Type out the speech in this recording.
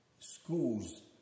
Schools